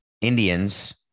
Indians